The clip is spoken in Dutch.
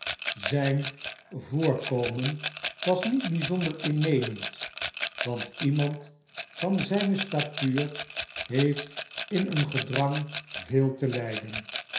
zijn voorkomen was niet bijzonder innemend want iemand van zijne statuur heeft in een gedrang veel te lijden